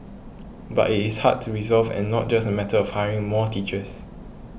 but it is hard to resolve and not just a matter of hiring more teachers